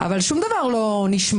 אבל שום דבר לא נשמע.